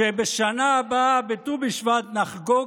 ומעולם לא אמרנו שבשנה הבאה בט"ו בשבט נחגוג,